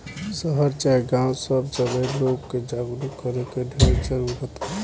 शहर चाहे गांव सब जगहे लोग के जागरूक करे के ढेर जरूरत बा